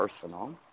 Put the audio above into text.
personal